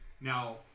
Now